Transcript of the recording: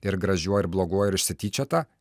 ir gražiuoju ir bloguoju ir išsityčiota